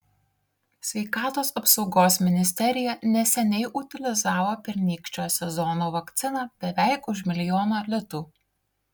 sveikatos apsaugos ministerija neseniai utilizavo pernykščio sezono vakciną beveik už milijoną litų